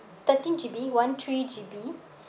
thirteen G_B [one] three G_B